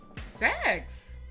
Sex